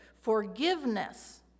forgiveness